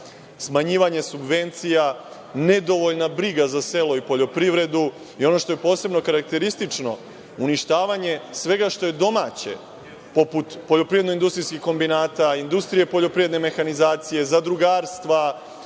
smanjivanje subvencija, nedovoljna briga za selo i poljoprivredu i, ono što je posebno karakteristično, uništavanje svega što je domaće poput poljoprivredno industrijskih kombinata, industrije poljoprivredne mehanizacije, zadrugarstva,